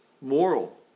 moral